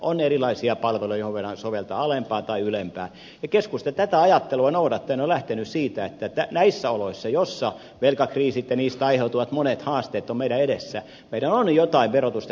on erilaisia palveluja joihin voidaan soveltaa alempaa tai ylempää ja keskusta tätä ajattelua noudattaen on lähtenyt siitä että näissä oloissa joissa velkakriisit ja niistä aiheutuvat monet haasteet ovat meidän edessämme meidän on jotain verotusta kiristettävä